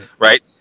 Right